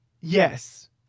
Yes